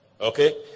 okay